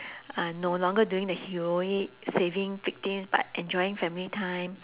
uh no longer doing the heroic saving victims but enjoying family time